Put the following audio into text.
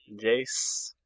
Jace